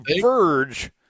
verge